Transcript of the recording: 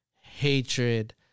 Hatred